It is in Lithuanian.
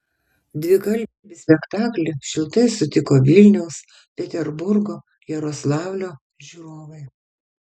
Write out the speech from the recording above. dvikalbį spektaklį šiltai sutiko vilniaus peterburgo jaroslavlio žiūrovai